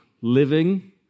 living